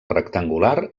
rectangular